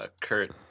Kurt